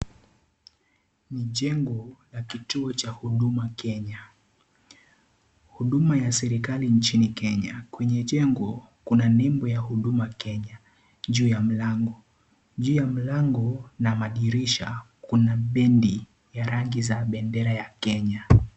Ni jengo la kituo cha Huduma Kenya. Huduma ya serikari nchini Kenya, kwenye jengo, kuna nembo Huduma Kenya juu ya mlango. Juu ya mlango na dirisha, kuna bendi, ya rangi za bendera ya Kenya.